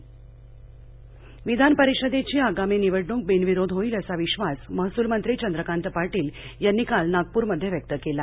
विधान परिषद निवडण्कः विधान परिषदेची आगामी निवडणूक बिनविरोध होईल असा विश्वास महसूल मंत्री चंद्रकांत पाटील यांनी काल नागपूरमध्ये व्यक्त केला